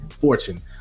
fortune